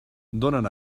donen